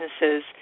businesses